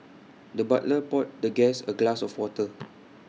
the butler poured the guest A glass of water